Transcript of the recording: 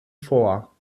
vor